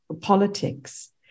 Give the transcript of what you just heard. politics